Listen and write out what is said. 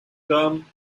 term